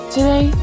Today